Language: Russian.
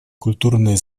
культурные